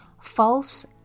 false